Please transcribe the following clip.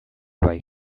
bai